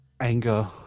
anger